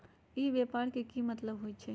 ई व्यापार के की मतलब होई छई?